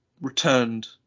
returned